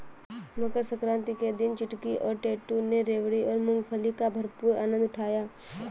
मकर सक्रांति के दिन चुटकी और टैटू ने रेवड़ी और मूंगफली का भरपूर आनंद उठाया